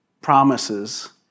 promises